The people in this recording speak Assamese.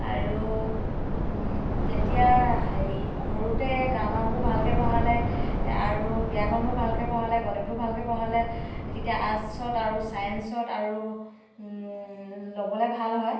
আৰু তেতিয়া হেৰি সৰুতে গ্ৰামাৰবোৰ ভালকৈ পঢ়ালে আৰু ব্যাকৰণবোৰ ভালকৈ পঢ়ালে গণিতবোৰ ভালকৈ পঢ়ালে তেতিয়া আৰ্টছত আৰু চাইন্সত আৰু ল'বলৈ ভাল হয়